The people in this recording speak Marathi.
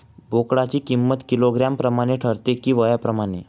बोकडाची किंमत किलोग्रॅम प्रमाणे ठरते कि वयाप्रमाणे?